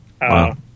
Wow